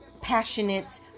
passionate